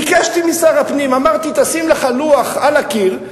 ביקשתי משר הפנים ואמרתי: תשים לך לוח על הקיר.